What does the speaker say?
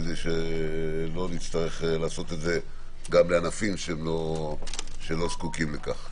כדי שלא נצטרך לעשות את זה גם לענפים שלא זקוקים לכך.